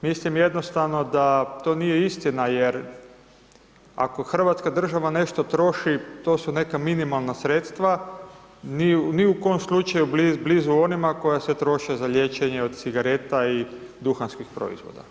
Mislim jednostavno da to nije istina jer ako hrvatska država nešto troši, to su neka minimalna sredstva, ni u kom slučaju blizu onima koja se troše za liječenje od cigareta i duhanskih proizvoda.